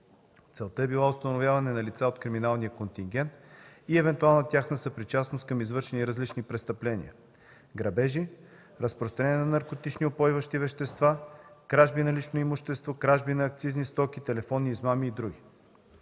Целта е била установяване на лица от криминалния контингент и евентуална тяхна съпричастност към извършване на различни престъпления – грабежи, разпространение на наркотични упойващи вещества, кражби на лично имущество, кражби на акцизни стоки, телефонни измами и други.